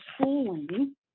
schooling